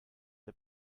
der